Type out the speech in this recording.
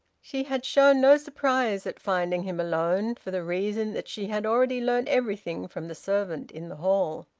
she had shown no surprise at finding him alone, for the reason that she had already learnt everything from the servant in the hall.